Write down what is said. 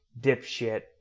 dipshit